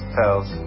tells